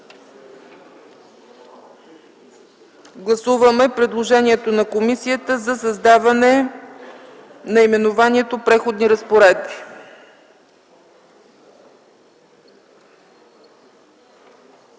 гласувайте предложението на комисията за създаване на наименованието „Преходни разпоредби”.